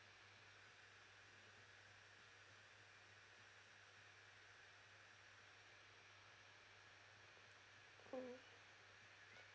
mm